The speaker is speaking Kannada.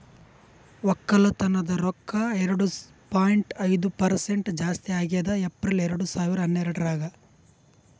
ಒಕ್ಕಲತನದ್ ರೊಕ್ಕ ಎರಡು ಪಾಯಿಂಟ್ ಐದು ಪರಸೆಂಟ್ ಜಾಸ್ತಿ ಆಗ್ಯದ್ ಏಪ್ರಿಲ್ ಎರಡು ಸಾವಿರ ಹನ್ನೆರಡರಾಗ್